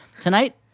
Tonight